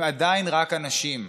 הם עדיין רק אנשים,